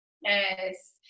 Yes